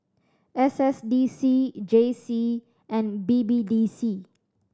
S S D C J C and B B D C